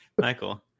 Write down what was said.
michael